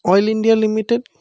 oil India limited